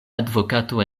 advokato